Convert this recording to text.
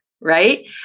right